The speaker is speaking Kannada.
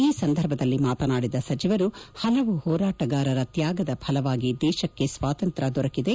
ಈ ಸಂದರ್ಭದಲ್ಲಿ ಮಾತನಾಡಿದ ಸಚಿವರು ಹಲವು ಹೋರಾಟಗಾರರ ತ್ಯಾಗದ ಫಲವಾಗಿ ದೇಶಕ್ಕೆ ಸ್ವಾತಂತ್ರ್ಯ ದೊರಕಿದೆ